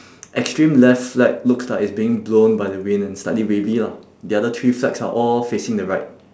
extreme left flag looks like it's being blown by the wind and slightly wavy lah the other three flags are all facing the right